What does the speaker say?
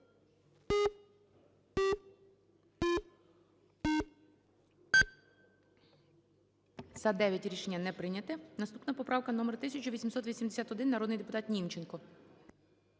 За-9 Рішення не прийнято. Наступна поправка номер 1881. Народний депутат Німченко.